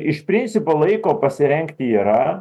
iš principo laiko pasirengti yra